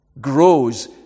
grows